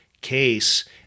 case